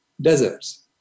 deserts